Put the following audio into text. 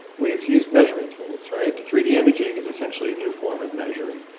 we have huge measurement tools, right? three d imaging is essentially anew form of measuring.